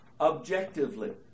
objectively